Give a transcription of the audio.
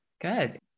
Good